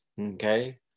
okay